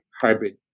hybrid